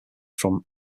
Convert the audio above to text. from